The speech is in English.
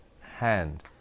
hand